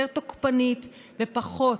יותר תוקפנית ופחות,